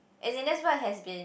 and then that's why it has been